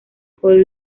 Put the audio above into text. con